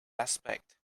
aspect